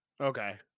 Okay